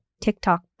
TikTok